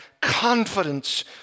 confidence